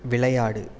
விளையாடு